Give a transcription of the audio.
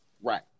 Right